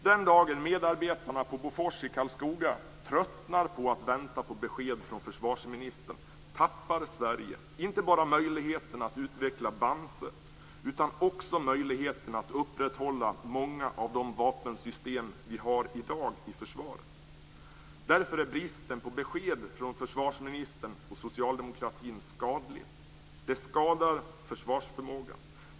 Den dagen medarbetarna på Bofors i Karlskoga tröttnar på att vänta på besked från försvarsministern tappar Sverige inte bara möjligheten att utveckla Bamse utan också möjligheten att upprätthålla många av de vapensystem som vi har i försvaret i dag. Därför är bristen på besked från försvarsministern och socialdemokratin skadlig. Det skadar försvarsförmågan.